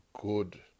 good